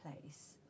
place